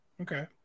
okay